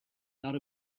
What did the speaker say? not